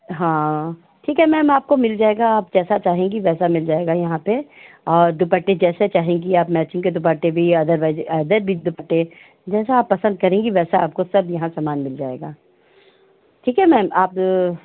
हाँ ठीक है मैम आपको मिल जाएगा आपको जैसा चाहेंगी वैसा मिल जाएगा यहाँ पर और दुपट्टे जैसा चाहेंगी आप मैचिंग के दुपट्टे भी अदरवाइज अदर भी दुपट्टे जैसा आप पसंद करेंगी वैसा आपको सब यहाँ समान मिल जाएगा ठीक है मैम आप